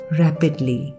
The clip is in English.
rapidly